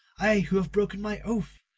i who have broken my oath!